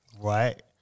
Right